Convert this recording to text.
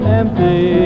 empty